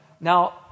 Now